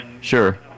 Sure